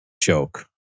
joke